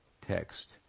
text